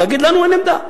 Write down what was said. ולהגיד לנו: אין עמדה.